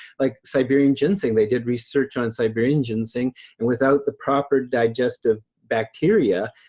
like siberian ginseng. they did research on siberian ginseng and without the proper digestive bacteria,